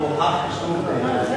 הוא חבר כנסת חשוב בעיני